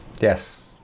Yes